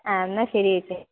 ആ എന്നാൽ ശരി ചേച്ചി